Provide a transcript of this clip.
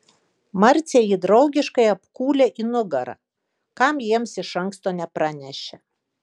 marcė jį draugiškai apkūlė į nugarą kam jiems iš anksto nepranešė